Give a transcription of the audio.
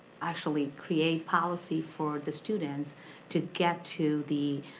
actually create policy for the students to get to the